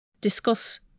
discuss